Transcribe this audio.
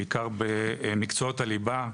בעיקר במקצועות הליבה.